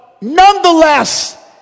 Nonetheless